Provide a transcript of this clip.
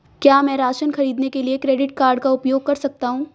क्या मैं राशन खरीदने के लिए क्रेडिट कार्ड का उपयोग कर सकता हूँ?